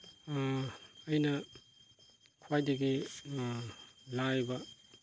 ꯑꯩꯅ ꯈꯋꯥꯏꯗꯒꯤ ꯂꯥꯏꯕ